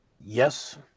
Yes